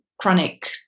chronic